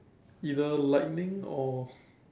either lightning or